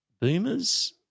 boomers